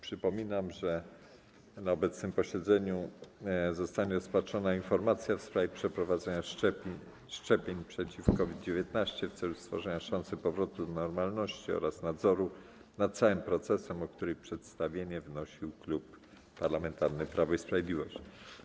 Przypominam, że na obecnym posiedzeniu zostanie rozpatrzona informacja w sprawie przeprowadzenia szczepień przeciw COVID-19 w celu stworzenia szansy powrotu do normalności oraz nadzoru nad całym procesem, o której przedstawienie wnosił Klub Parlamentarny Prawo i Sprawiedliwość.